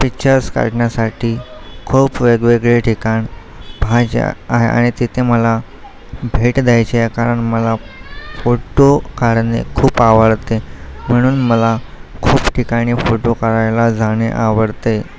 pictures काढण्यासाठी खूप वेगवेगळे ठिकाण पाहायचे आहे आणि तिथे मला भेट द्यायची आहे कारण मला फोटो काढणे खूप आवडते म्हणून मला खूप ठिकाणी फोटो काढायला जाणे आवडते